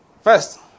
First